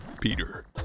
Peter